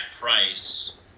price